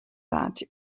that